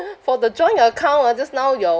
for the joint account ah just now your